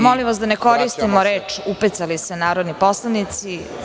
Molim vas da ne koristimo reč: „upecali se“ narodni poslanici.